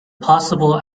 possible